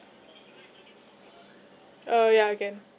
oh ya can